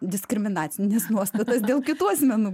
diskriminacines nuostatas dėl kitų asmenų